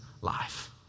life